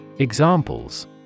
Examples